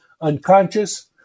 unconscious